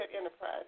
Enterprise